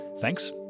Thanks